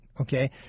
Okay